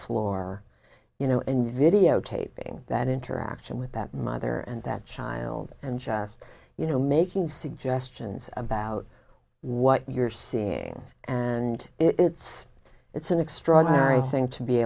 floor you know and videotaping that interaction with that mother and that child and just you know making suggestions about what you're seeing and it's it's an extraordinary thing to be